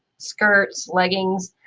skirts, legging